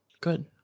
good